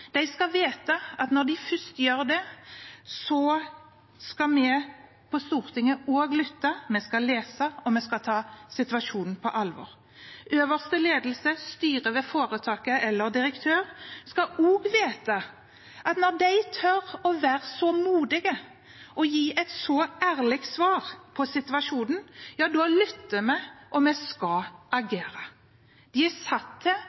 De skal vite at når de først gjør det, skal vi på Stortinget lytte, vi skal lese, og vi skal ta situasjonen på alvor. Øverste ledelse, styret ved foretaket eller direktør skal også vite at når de tør å være så modige og gi et så ærlig svar om situasjonen, ja, da lytter vi, og vi skal agere. De er satt til